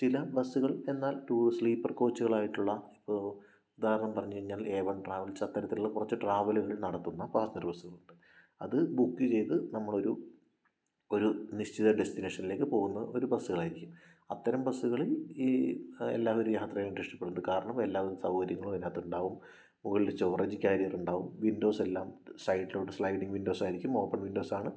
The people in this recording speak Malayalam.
ചില ബസ്സുകൾ എന്നാൽ ടൂർ സ്ലീപ്പർ കോച്ചുകളായിട്ടുള്ള ഇപ്പോൾ ഉദാഹരണം പറഞ്ഞു കഴിഞ്ഞാൽ എ വൺ ട്രാവൽസ് അത്തരത്തിലുള്ള കുറച്ച് ട്രാവലുകൾ നടത്തുന്ന പാസഞ്ചർ ബസ്സുകളുണ്ട് അത് ബുക്ക് ചെയ്ത് നമ്മളൊരു ഒരു നിശ്ചിത ഡെസ്റ്റിനേഷനിലേക്ക് പോകുന്ന ഒരു ബസ്സുകളായിരിക്കും അത്തരം ബസ്സുകളിൽ ഈ എല്ലാവരും യാത്ര ചെയ്യാനായിട്ട് ഇഷ്ടപ്പെടുന്നുണ്ട് കാരണം എല്ലാവിധ സൗകര്യങ്ങളും അതിനകത്തുണ്ടാവും മുകളിൽ സ്റ്റോറേജ് കാരിയറുണ്ടാവും വിൻഡോസെല്ലാം സൈഡിലോട്ട് സ്ലൈഡിങ് വിൻഡോസായിരിക്കും ഓപ്പൺ വിൻഡോസാണ്